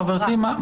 חברתי,